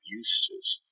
uses